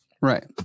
Right